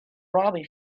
robbie